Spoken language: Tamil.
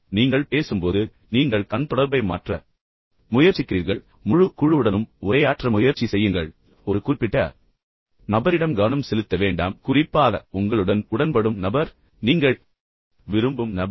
நீங்கள் பேசும்போது மீண்டும் நீங்கள் கண் தொடர்பை மாற்ற முயற்சிக்கிறீர்கள் பின்னர் முழு குழுவுடனும் உரையாற்ற முயற்சி செய்யுங்கள் ஒரு குறிப்பிட்ட நபரிடம் கவனம் செலுத்த வேண்டாம் குறிப்பாக உங்களுடன் உடன்படும் நபர் அல்லது நீங்கள் விரும்பும் நபர்